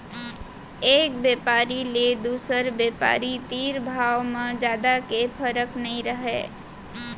एक बेपारी ले दुसर बेपारी तीर भाव म जादा के फरक नइ रहय